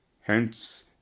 Hence